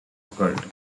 occurred